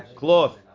cloth